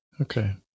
okay